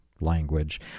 language